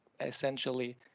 essentially